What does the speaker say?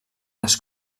les